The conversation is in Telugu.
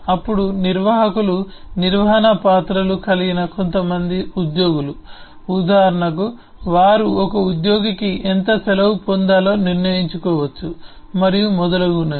అప్పుడు నిర్వాహకులు నిర్వహణ పాత్రలు కలిగిన కొంతమంది ఉద్యోగులు ఉదాహరణకు వారు ఒక ఉద్యోగికి ఎంత సెలవు పొందాలో నిర్ణయించుకోవచ్చు మరియు మొదలగునవి